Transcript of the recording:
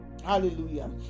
hallelujah